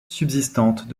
subsistante